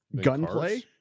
gunplay